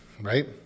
right